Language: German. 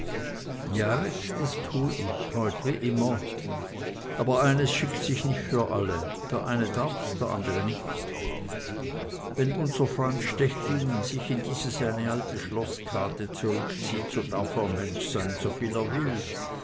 ja rex das tu ich heut wie immer aber eines schickt sich nicht für alle der eine darf's der andre nicht wenn unser freund stechlin sich in diese seine alte schloßkate zurückzieht so darf er mensch sein soviel er will